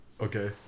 okay